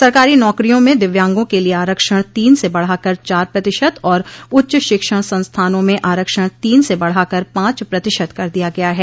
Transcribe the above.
सरकारी नौकरियों में दिव्यांगों के लिए आरक्षण तीन से बढ़ाकर चार प्रतिशत और उच्च शिक्षण संस्थानों में आरक्षण तीन से बढ़ाकर पांच प्रतिशत कर दिया गया है